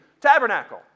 tabernacle